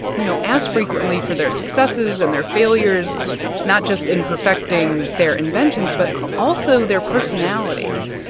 you know, as frequently for their successes and their failures not just in perfecting their inventions but also their personalities.